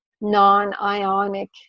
non-ionic